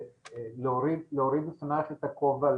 להוריד בפנייך את הכובע,